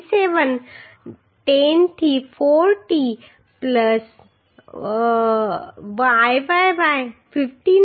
87 10 થી 4t Iyy 59